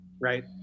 right